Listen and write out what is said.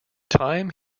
time